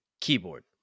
keyboard